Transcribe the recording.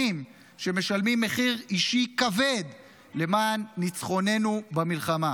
שמשלמים מחיר אישי כבד למען ניצחוננו במלחמה.